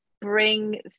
bring